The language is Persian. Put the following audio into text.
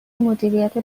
مدیریت